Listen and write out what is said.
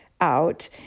out